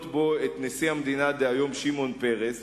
בו את נשיא המדינה דהיום שמעון פרס,